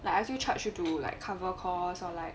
like as you charge you do like cover costs or like